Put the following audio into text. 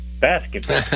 basketball